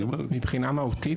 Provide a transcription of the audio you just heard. רק מבחינה מהותית,